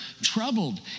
troubled